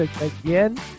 again